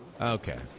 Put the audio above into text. Okay